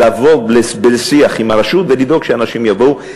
לבוא בשיח עם הרשות ולדאוג שאנשים יבואו,